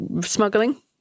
smuggling